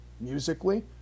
musically